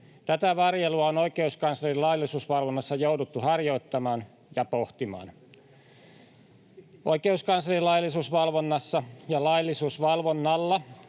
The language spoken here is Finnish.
Tätä varjelua on oikeuskanslerin laillisuusvalvonnassa jouduttu harjoittamaan ja pohtimaan. Oikeuskanslerin laillisuusvalvonnassa ja laillisuusvalvonnalla